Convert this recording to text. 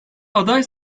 aday